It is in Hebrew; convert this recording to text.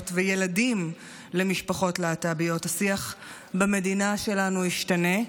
וילדים למשפחות להט"ביות השיח במדינה שלנו ישתנה.